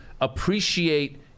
appreciate